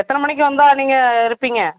எத்தனை மணிக்கு வந்தால் நீங்கள் இருப்பிங்க